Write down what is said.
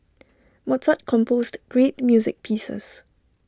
Mozart composed great music pieces